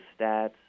stats